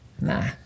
Nah